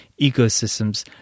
ecosystems